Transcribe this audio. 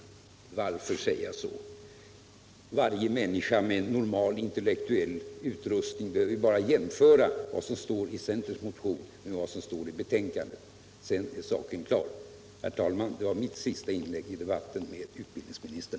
Varför säga så? Varje människa med normal intellektuell utrustning behöver ju bara jämföra vad som står i centerns motion med vad som står i betänkandet. Kulturpolitiken Kulturpolitiken Sedan är .saken klar. Herr talman! Detta var mitt sista inlägg i debatten med utbildningsministern.